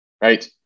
right